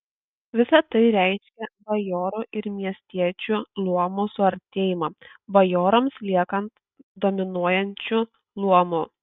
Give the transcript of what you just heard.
visa tai reiškė bajorų ir miestiečių luomų suartėjimą bajorams liekant dominuojančiu luomu